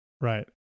Right